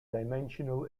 dimensional